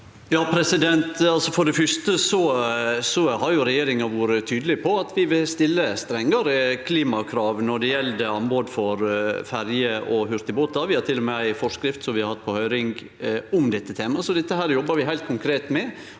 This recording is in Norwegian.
For det første har regjeringa vore tydeleg på at ein vil stille strengare klimakrav når det gjeld anbod for ferjer og hurtigbåtar. Vi har til og med ei forskrift som vi har hatt på høyring om dette temaet, så dette jobbar vi heilt konkret med.